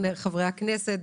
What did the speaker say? חברי הכנסת,